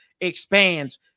expands